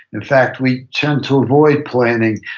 in fact, we tend to avoid planning.